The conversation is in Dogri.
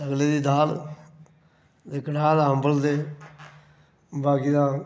सगले दी दाल ते कड़ाह् दा अम्बल ते बाकी दा